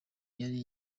yari